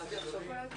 זה יכול להיות,